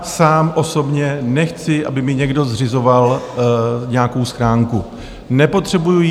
Sám osobně nechci, aby mi někdo zřizoval nějakou schránku, nepotřebuji ji.